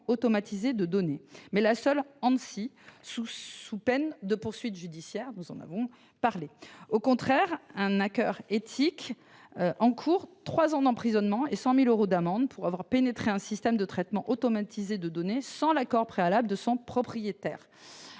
automatisé de données, mais seulement l'Anssi, sous peine de poursuites judiciaires. Au contraire, un hacker éthique encourt trois ans d'emprisonnement et 100 000 euros d'amende pour avoir pénétré un système de traitement automatisé de données sans l'accord préalable de son propriétaire.